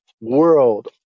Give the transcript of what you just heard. world